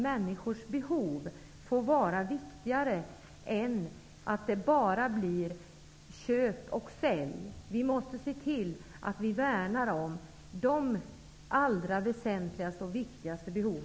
Människors behov måste få vara viktigare än att det bara blir köp och sälj. Vi måste värna om människors allra väsentligaste och viktigaste behov.